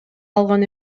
алган